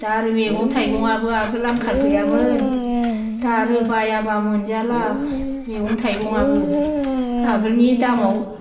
दा आरो मैगं थाइगङाबो आगोल आंखाल गैयामोन दा आरो बायाब्ला मोनजाला मैगं थाइगङाबो आगोलनि दामाव